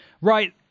Right